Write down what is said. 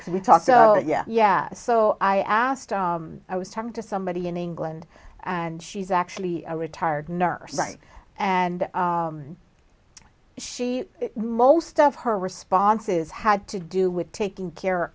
because we talk so yeah yeah so i asked i was talking to somebody in england and she's actually a retired nurse site and she most of her responses had to do with taking care